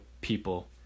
people